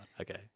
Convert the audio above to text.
okay